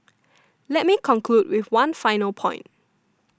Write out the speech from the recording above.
let me conclude with one final point